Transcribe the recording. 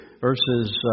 verses